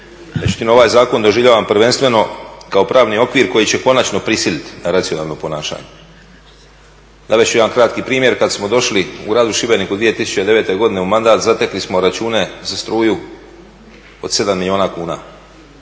Međutim ovaj zakon doživljavam prvenstveno kao pravni okvir koji će konačno prisiliti na racionalno ponašanje. Navest ću jedan kratki primjer, kada smo došli u gradu Šibeniku 2009.godine u mandat zatekli smo račune za struju od 7 milijuna kuna